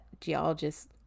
geologists